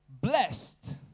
Blessed